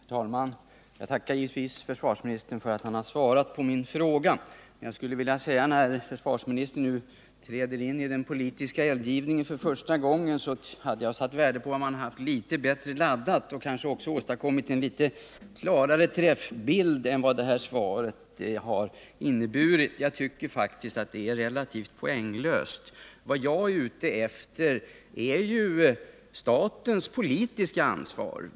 Herr talman! Jag tackar givetvis försvarsministern för att han har svarat på min fråga. När försvarsministern nu träder in i den politiska eldgivningen för första gången, skulle jag emellertid satt värde på om han hade haft litet bättre laddat och kanske också åstadkommit en litet klarare träffbild än vad det här svaret har inneburit. Jag tycker faktiskt att det är relativt poänglöst. Vad jag är ute efter är ju statens politiska ansvar.